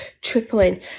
tripling